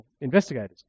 Investigators